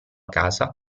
casa